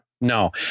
No